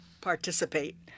participate